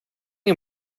you